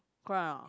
correct or not